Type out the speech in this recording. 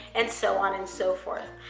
and so on and so forth.